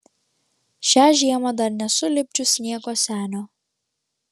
šią žiemą dar nesu lipdžius sniego senio